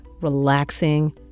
relaxing